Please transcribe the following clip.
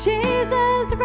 Jesus